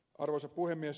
arvoisa puhemies